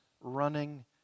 running